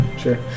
sure